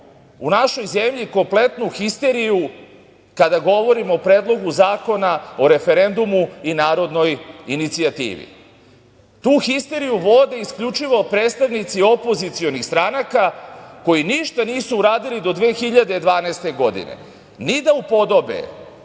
u našoj zemlji kompletnu histeriju kada govorimo o Predlogu zakona o referendumu i narodnoj inicijativi. Tu histeriju vode isključivo predstavnici opozicionih stranaka koji ništa nisu uradili do 2012. godine, ni da upodobe